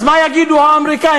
אז מה יגידו האמריקנים?